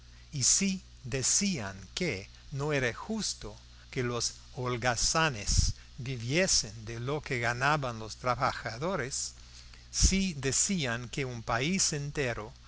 y si decían que no era justo que los holgazanes viviesen de lo que ganaban los trabajadores si decían que un país entero